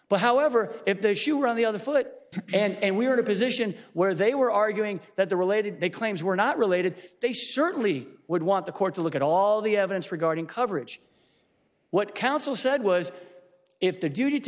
but however if the shoe were on the other foot and we were in a position where they were arguing that the related the claims were not related they certainly would want the court to look at all the evidence regarding coverage what counsel said was if the duty to